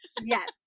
Yes